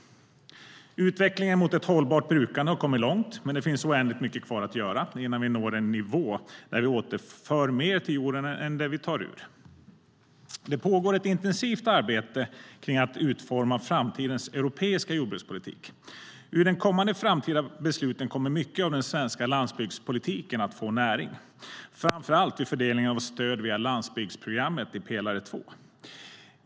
Utvecklingen mot ett hållbart brukande har kommit långt men det finns oändligt mycket kvar att göra innan vi når en nivå där vi återför mer till jorden än vi tar ur. Det pågår ett intensivt arbete med att utforma framtidens europeiska jordbrukspolitik. Ur de kommande framtida besluten kommer mycket av den svenska landsbygdspolitiken att få näring, framför allt vid fördelningen av stöd via landsbygdsprogrammet i pelare 2.